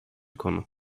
konu